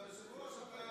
היושב-ראש, אתה